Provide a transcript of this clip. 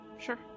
sure